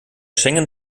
schengen